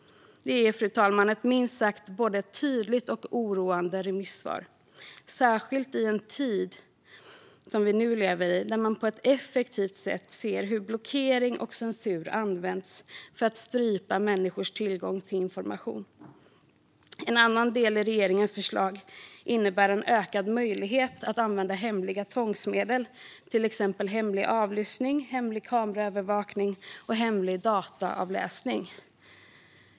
Det är, fru talman, ett minst sagt både tydligt och oroande remissvar - särskilt i den tid vi nu lever i, när vi ser hur blockering och censur på ett effektivt sätt används för att strypa människors tillgång till information. En annan del i regeringens förslag innebär en ökad möjlighet att använda hemliga tvångsmedel, till exempel hemlig avlyssning, hemlig kameraövervakning och hemlig dataavläsning.